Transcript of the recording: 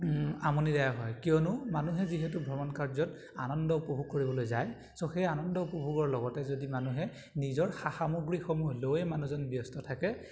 আমনিদায়ক হয় কিয়নো মানুহে যিহেতু ভ্ৰমণ কাৰ্যত আনন্দ উপভোগ কৰিবলৈ যায় ছ' সেই আনন্দ উপভোগৰ লগতে যদি মানুহে নিজৰ সা সামগ্ৰীসমূহলৈয়ে মানুহজন ব্যস্ত থাকে